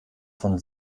von